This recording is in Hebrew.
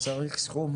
צריך סכום.